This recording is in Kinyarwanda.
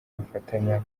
bafatanya